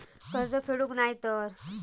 कर्ज फेडूक नाय तर?